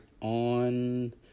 on